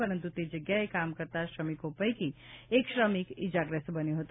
પરંતુ તે જગ્યાએ કામ કરતા શ્રમીકો પૈકી એક શ્રમિક ઇજાગ્રસ્ત બન્યો હતો